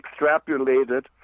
extrapolated